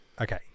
Okay